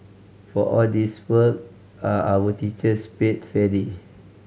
for all this work are our teachers paid fairly